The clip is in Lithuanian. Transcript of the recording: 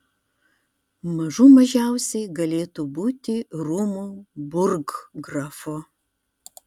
mažų mažiausiai galėtų būti rūmų burggrafu